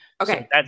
Okay